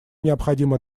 необходимо